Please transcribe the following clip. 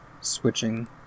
switching